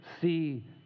see